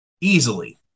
Easily